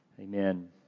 Amen